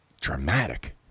dramatic